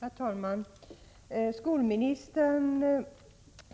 Herr talman! Skolministern